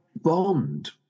bond